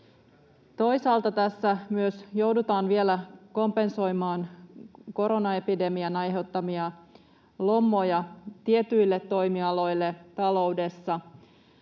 Toisaalta tässä myös joudutaan vielä kompensoimaan koronaepidemian aiheuttamia lommoja tietyille toimialoille taloudessa,